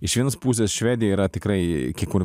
iš vienos pusės švedija yra tikrai kai kur